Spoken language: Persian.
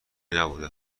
نبوده